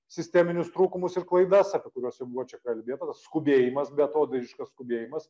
sisteminius trūkumus ir klaidas apie kuriuos jau buvo čia kalbėta skubėjimas beatodairiškas skubėjimas